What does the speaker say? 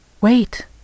Wait